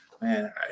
man